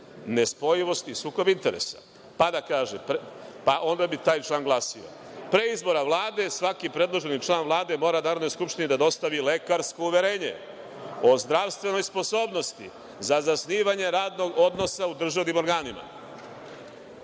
nespojivost i sukob interesa, pa onda bi taj član glasio – pre izbora Vlade svaki predloženi član Vlade mora Narodnoj skupštini da dostavi lekarsko uverenje o zdravstvenoj sposobnosti za zasnivanje radnog odnosa u državnim organima